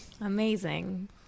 amazing